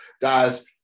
guys